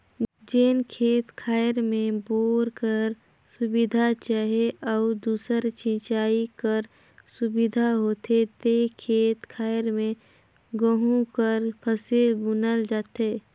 जेन खेत खाएर में बोर कर सुबिधा चहे अउ दूसर सिंचई कर सुबिधा होथे ते खेत खाएर में गहूँ कर फसिल बुनल जाथे